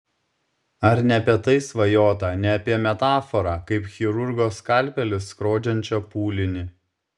ar ne apie tai svajota ne apie metaforą kaip chirurgo skalpelis skrodžiančią pūlinį